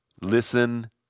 Listen